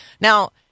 Now